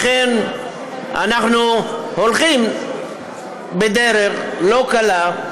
לכן אנחנו הולכים בדרך לא קלה,